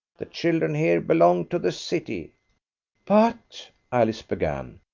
the children here belong to the city but alice began.